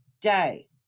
day